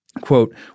Quote